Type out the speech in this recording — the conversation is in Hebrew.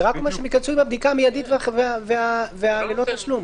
זה רק אומר שהם ייכנסו אם הבדיקה מיידית וללא תשלום.